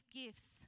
gifts